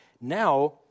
now